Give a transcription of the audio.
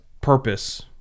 purpose